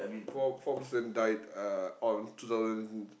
four four person died uh on two thousand